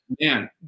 man